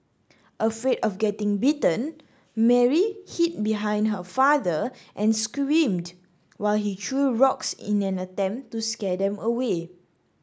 afraid of getting bitten Mary hid behind her father and screamed while he threw rocks in an attempt to scare them away